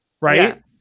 right